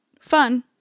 Fun